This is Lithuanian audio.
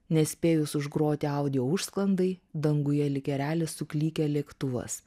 nespėjus užgroti audio užsklandai danguje lyg erelis suklykia lėktuvas